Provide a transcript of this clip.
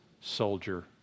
soldier